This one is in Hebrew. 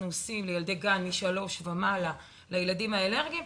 עושים לילדי גן מגיל שלוש ומעלה לילדים האלרגיים.